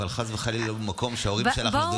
אבל חס וחלילה לא במקום שבו ההורים נולדו,